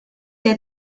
der